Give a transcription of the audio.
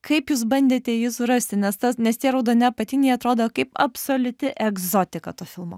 kaip jūs bandėte jį surasti nes tas nes tie raudoni apatiniai atrodo kaip absoliuti egzotika to filmo